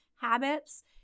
habits